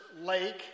lake